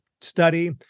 study